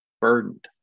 burdened